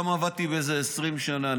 גם עבדתי בזה עשרים שנה.